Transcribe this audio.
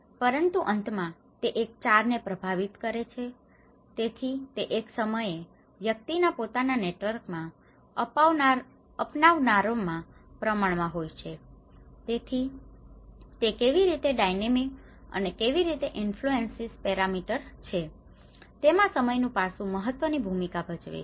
પરંતુ અંતમાં તે એક ને પ્રભાવિત કરે છે તેથી તે એક સમયે વ્યક્તિના પોતાના નેટવર્કમાં અપનાવનારાઓના પ્રમાણ માં હોય છે તેથી તે કેવી રીતે ડાયનેમિક અને કેવી રીતે ઈન્ફ્લૂએંસીન્ગ પેરામીટર છે તેમાં સમય નું પાસું મહત્વની ભૂમિકા ભજવે છે